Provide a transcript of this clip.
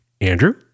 Andrew